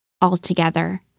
altogether